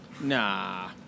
Nah